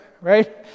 right